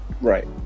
Right